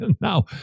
Now